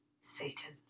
Satan